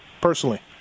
personally